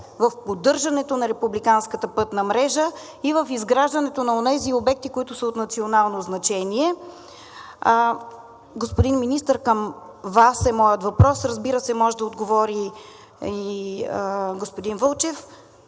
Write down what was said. в поддържането на републиканската пътна мрежа и в изграждането на тези обекти, които са от национално значение. Господин Министър, към Вас е моят въпрос. Разбира се, може да отговори и господин Вълчев.